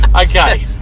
Okay